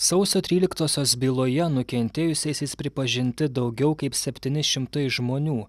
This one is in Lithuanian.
sausio tryliktosios byloje nukentėjusiaisiais pripažinti daugiau kaip septyni šimtai žmonių